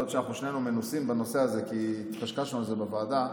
היות שאנחנו שנינו מנוסים בנושא הזה כי התקשקשנו על זה בוועדה.